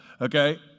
Okay